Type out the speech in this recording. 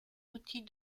outils